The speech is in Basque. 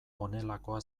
honelakoa